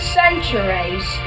centuries